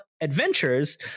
adventures